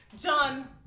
John